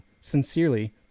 Sincerely